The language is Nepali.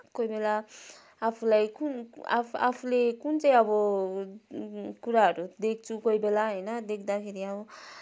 कोही बेला आफूलाई कुन आफू आफूले कुन चाहिँ अब कुराहरू देख्छु कोही बेला होइन देख्दाखेरि अब